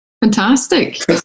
Fantastic